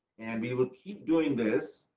and we will keep doing this.